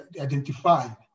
identified